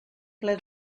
ple